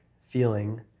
feeling